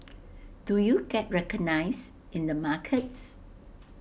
do you get recognised in the markets